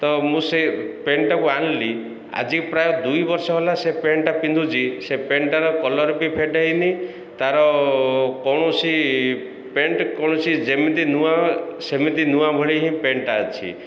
ତ ମୁଁ ସେ ପ୍ୟାଣ୍ଟଟାକୁ ଆଣିଲି ଆଜି ପ୍ରାୟ ଦୁଇ ବର୍ଷ ହେଲା ସେ ପ୍ୟାଣ୍ଟଟା ପିନ୍ଧୁଛି ସେ ପ୍ୟାଣ୍ଟଟାର କଲର୍ ବି ଫେଡ଼ ହେଇନି ତାର କୌଣସି ପ୍ୟାଣ୍ଟ କୌଣସି ଯେମିତି ନୂଆ ସେମିତି ନୂଆ ଭଳି ହିଁ ପ୍ୟାଣ୍ଟଟା ଅଛି